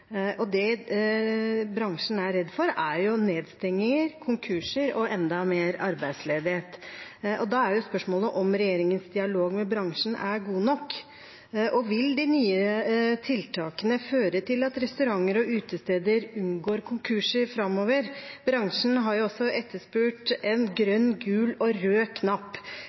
Det bransjen er redd for, er nedstengninger, konkurser og enda mer arbeidsledighet. Da er spørsmålet om regjeringens dialog med bransjen er god nok, og om de nye tiltakene vil føre til at restauranter og utesteder unngår konkurser framover. Bransjen har også etterspurt en grønn, gul og rød knapp